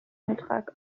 vertrag